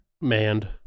Manned